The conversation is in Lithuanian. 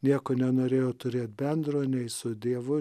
nieko nenorėjo turėt bendro nei su dievu